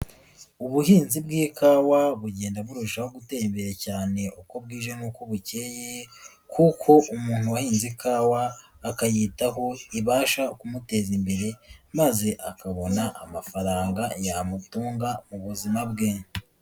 Ubuhinzi bw'ikawa bugenda burushaho gutera imbere cyane uko bwije n'uko bukeye, kuko umuntu wahinze ikawa akayitaho ibasha kumuteza imbere maze akabona amafaranga yamutunga mu buzima bwe.